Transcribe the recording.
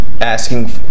asking